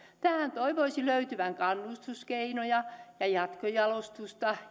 tähän toivoisi löytyvän kannustuskeinoja ja jatkojalostusta